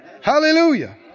Hallelujah